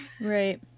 Right